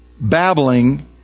babbling